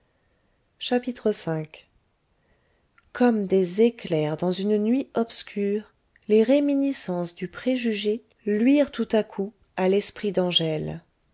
v comme des éclairs dans une nuit obscure les réminiscences du préjugé luirent tout à coup à l'esprit d'angèle